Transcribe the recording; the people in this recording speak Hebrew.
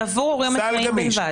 היא עבור הורים עצמאים בלבד.